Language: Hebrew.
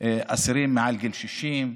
האסירים מעל גיל 60,